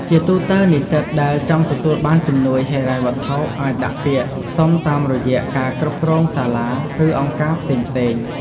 ជាទូទៅ និស្សិតដែលចង់ទទួលបានជំនួយហិរញ្ញវត្ថុអាចដាក់ពាក្យសុំតាមរយៈការគ្រប់គ្រងសាលា ឬអង្គការផ្សេងៗ។